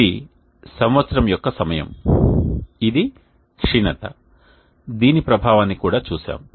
ఇది సంవత్సరం యొక్క సమయం ఇది క్షీణత దీని ప్రభావాన్ని కూడా చూశాము